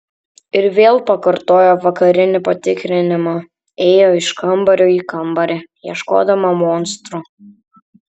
ir vėl pakartojo vakarinį patikrinimą ėjo iš kambario į kambarį ieškodama monstrų